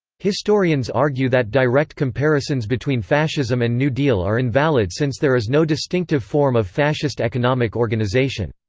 historians argue that direct comparisons between fascism and new deal are invalid since there is no distinctive form of fascist economic organization.